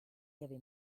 heavy